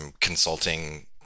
consulting